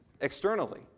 externally